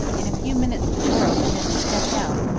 in a few minutes the door opened and they stepped out,